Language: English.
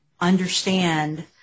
understand